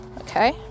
Okay